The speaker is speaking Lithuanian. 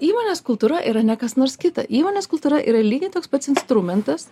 įmonės kultūra yra ne kas nors kita įmonės kultūra yra lygiai toks pats instrumentas